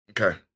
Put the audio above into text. Okay